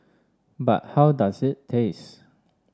but how does it taste